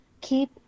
keep